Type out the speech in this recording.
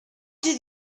did